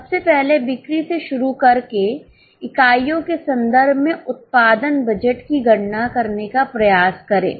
सबसे पहले बिक्री से शुरू करके इकाइयों के संदर्भ में उत्पादन बजट की गणना करने का प्रयास करें